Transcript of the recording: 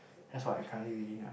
that's what I currently reading ah